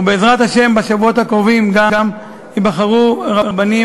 ובעזרת השם בשבועות הקרובים ייבחרו רבנים